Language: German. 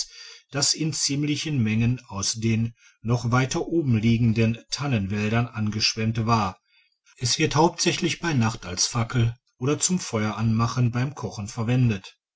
das in ziemlicher menge aus den noch weiter oben liegenden tannenwäldern angeschwemmt war es wird hauptsächlich bei nacht als fackel oder zum feueranmachen beim kochen verwendet